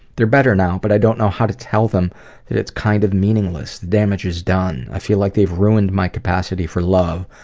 they're better now, but i don't know how to tell them that it's kind of meaningless the damage is done. i feel like they've ruined my capacity for love.